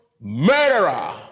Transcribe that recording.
murderer